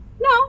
No